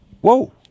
Whoa